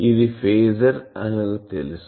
ఇది ఫేజర్ అని తెలుసు